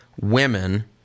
women